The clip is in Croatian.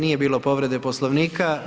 Nije bilo povrede Poslovnika.